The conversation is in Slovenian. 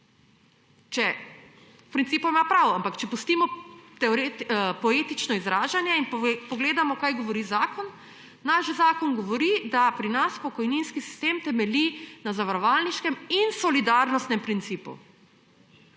V principu ima prav, ampak če pustimo poetično izražanje in pogledamo, kaj govori zakon, naš zakon govori, da pri nas pokojninski sistem temelji na zavarovalniškem in solidarnostnem principu.